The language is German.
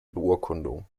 beurkundung